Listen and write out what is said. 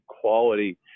quality